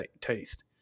taste